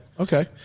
Okay